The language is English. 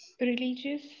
Religious